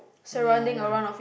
ya ya